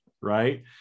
Right